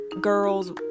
girls